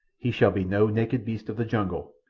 he shall be no naked beast of the jungle,